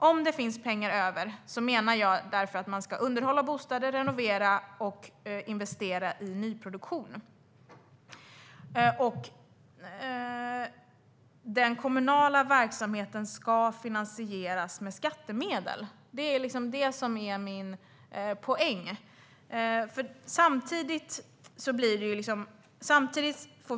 Om det blir pengar över ska man underhålla och renovera bostäder och investera i nyproduktion. Den kommunala verksamheten ska finansieras med skattemedel. Det är min poäng.